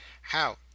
How